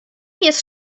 jest